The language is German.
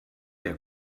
der